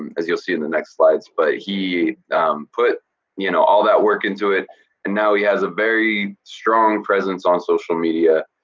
as you'll see in the next slides, but he put y'know you know all that work into it and now he has a very strong presence on social media